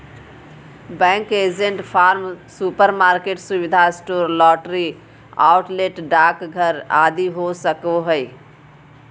bank agent farm, supermarket, सुविधा store, lottery outlet, डाकघर आदि हो सको हइ